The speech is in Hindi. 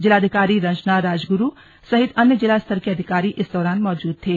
जिलाधिकारी रंजना राजगूरू सहित अन्य जिला स्तर के अधिकारी इस दौरान मौजूद थे